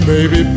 Baby